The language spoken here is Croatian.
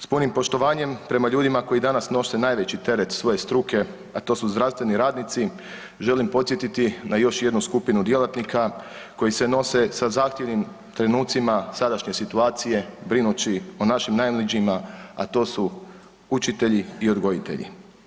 S punim poštovanjem prema ljudima koji danas nose najveći teret svoje struke, a to su zdravstveni radnici želim podsjetiti na još jednu skupinu djelatnika koji se nose sa zahtjevnim trenucima sadašnje situacije brinući o našim najmlađima, a to su učitelji i odgojitelji.